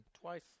twice